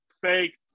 fake